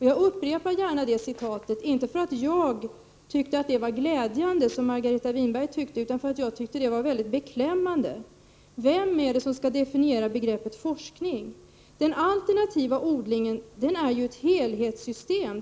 Jag upprepar gärna det citatet, inte för att jag tycker — som Margareta Winberg gör — att det är glädjande, utan för att jag tycker att det är beklämmande. Vem skall definiera begreppet forskning? Den alternativa odlingen är ju ett helhetssystem.